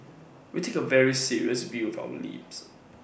we take A very serious view of the lapse